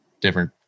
different